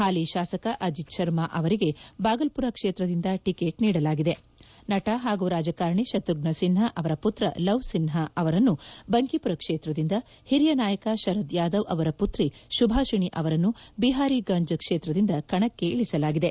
ಹಾಲಿ ಶಾಸಕ ಅಜೀತ್ ಶರ್ಮಾ ಅವರಿಗೆ ಭಾಗಲ್ಬುರ ಕ್ಷೇತ್ರದಿಂದ ಟಿಕೆಟ್ ನೀಡಲಾಗಿದೆ ನಣ ಹಾಗೂ ರಾಜಕಾರಣಿ ಶತ್ಬಫ್ತ ಸಿನ್ಹಾ ಅವರ ಪುತ್ರ ಲವ್ ಸಿನ್ಹಾ ಅವರನ್ನು ಬಂಕಿಪುರ್ ಕ್ಷೇತ್ರದಿಂದ ಹಿರಿಯ ನಾಯಕ ಶರದ್ ಯಾದವ್ ಅವರ ಪುತ್ರಿ ಶುಭಾಷಿಣಿ ಅವರನ್ನು ಬಿಹಾರಿಗಂಜ್ ಕ್ಷೇತ್ರದಿಂದ ಕಣಕ್ಕೆ ಇಳಿಸಲಾಗಿದೆ